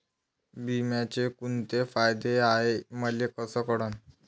बिम्याचे कुंते फायदे हाय मले कस कळन?